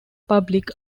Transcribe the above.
public